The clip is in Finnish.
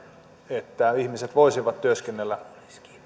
että ihmiset voisivat työskennellä